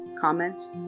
comments